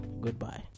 goodbye